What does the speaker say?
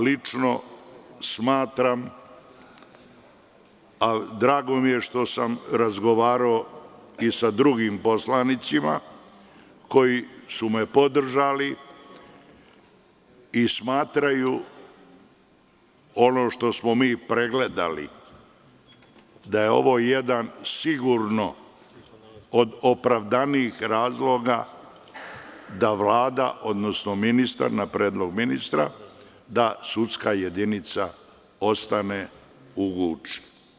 Lično smatram i drago mi je što sam razgovarao i sa drugim poslanicima koji su me podržali i smatraju ono što smo mi pregledali, da je ovo sigurno jedan od opravdanijih razloga da Vlada odnosno ministar, na predlog ministra, donese rešenje da sudska jedinica ostane u Guči.